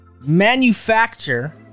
manufacture